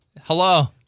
Hello